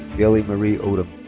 bailey marie odum.